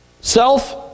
self